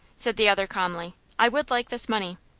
said the other, calmly, i would like this money,